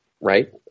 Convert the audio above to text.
Right